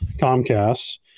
Comcast